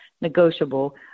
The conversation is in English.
Negotiable